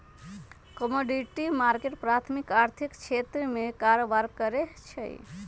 commodity market प्राथमिक आर्थिक क्षेत्र में कारबार करै छइ